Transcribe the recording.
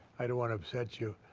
i don't want to upset you,